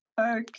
Okay